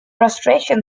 frustration